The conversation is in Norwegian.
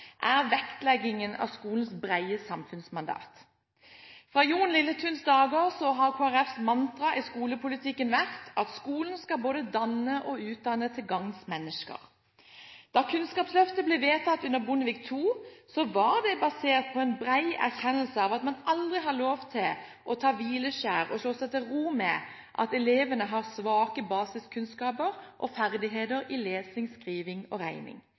er spesielt glad for at det har blitt enighet om i komiteen, er vektleggingen av skolens brede samfunnsmandat. Fra Jon Lilletuns dager har Kristelig Folkepartis mantra i skolepolitikken vært at skolen skal både danne og utdanne til gangs mennesker. Da Kunnskapsløftet ble vedtatt under Bondevik II-regjeringen, var det basert på en bred erkjennelse av at man aldri har lov til å ta hvileskjær og slå seg til ro med at elevene har svake basiskunnskaper og ferdigheter i lesing,